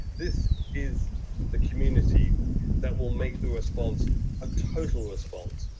this is the community that will make the response a total response,